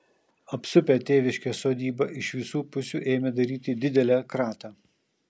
apsupę tėviškės sodybą iš visų pusių ėmė daryti didelę kratą